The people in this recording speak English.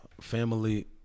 Family